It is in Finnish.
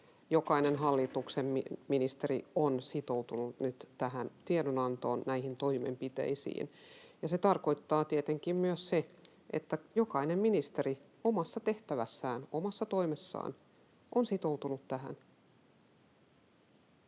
jokainen hallituksen ministeri on sitoutunut nyt tähän tiedonantoon, näihin toimenpiteisiin, ja se tarkoittaa tietenkin myös sitä, että jokainen ministeri omassa tehtävässään, omassa toimessaan on sitoutunut tähän.